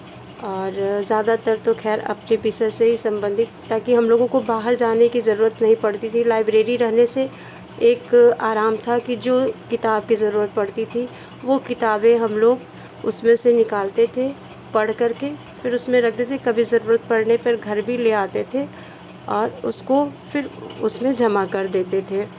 और ज़्यादातर तो खैर अपने विषय से ही सम्बन्धित ताकि हम लोगों को बाहर जाने की जरूरत नहीं पड़ती थी लाइब्रेरी रहने से एक आराम था कि जो किताब की ज़रूरत पड़ती थी वो किताबें हम लोग उसमें से निकालते थे पढ़कर के फिर उसमें रख देते कभी ज़रूरत पड़ने पर घर भी ले आते थे और उसको फिर उसमें जमा कर देते थे